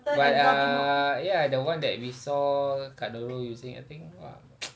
but uh ya the one that we saw kak doro using I think !wah!